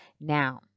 now